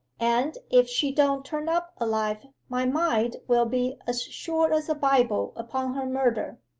and if she don't turn up alive my mind will be as sure as a bible upon her murder,